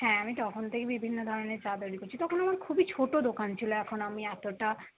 হ্যাঁ আমি তখন থেকেই বিভিন্ন ধরনের চা তৈরি করছি তখন আমার খুবই ছোটো দোকান ছিল এখন আমি এতটা